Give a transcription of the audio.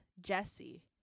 Jesse